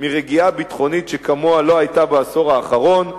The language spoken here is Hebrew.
מרגיעה ביטחונית שכמוה לא היתה בעשור האחרון.